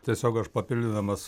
tiesiog aš papildydamas